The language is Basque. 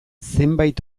zenbait